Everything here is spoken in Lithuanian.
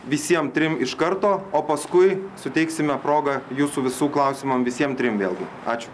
visiem trim iš karto o paskui suteiksime progą jūsų visų klausimam visiem trim vėlgi ačiū